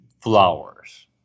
flowers